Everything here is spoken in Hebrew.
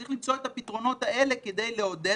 צריך למצוא את הפתרונות האלה כדי לעודד